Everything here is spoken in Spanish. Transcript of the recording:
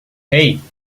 hey